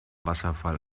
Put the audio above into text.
wasserfall